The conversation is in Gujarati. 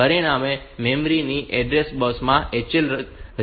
પરિણામે મેમરી ની એડ્રેસ બસ માં HL રજિસ્ટર મૂલ્ય હશે